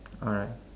alright